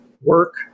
work